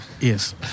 Yes